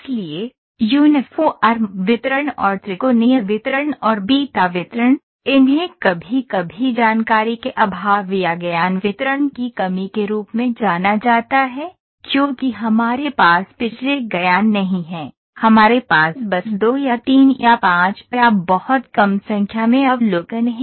इसलिए यूनिफ़ॉर्म वितरण और त्रिकोणीय वितरण और बीटा वितरण इन्हें कभी कभी जानकारी के अभाव या ज्ञान वितरण की कमी के रूप में जाना जाता है क्योंकि हमारे पास पिछले ज्ञान नहीं हैं हमारे पास बस दो या तीन या पांच या बहुत कम संख्या में अवलोकन हैं